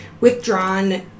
withdrawn